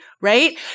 right